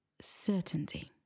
Certainty